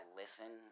listen